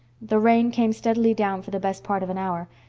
the rain came steadily down for the best part of an hour.